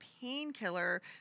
painkiller